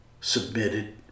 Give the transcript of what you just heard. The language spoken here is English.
submitted